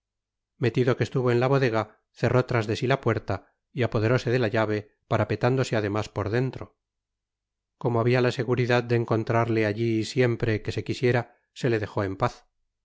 metido que estuvo en la bodega cerró tras de si la puerta y apoderóse de la llave parapetándose además por dentro como habia la seguridad de encontrarle alli siempre que se quisiera se le dejó en paz